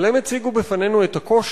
אבל הם הציגו בפנינו את הקושי,